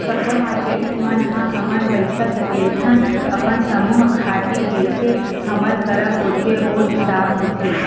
सब्बो मारकेटिंग मन ह हमन पइसा सकेलथन अपन समूह खातिर जइसे हमर करा होथे ओ हिसाब होथे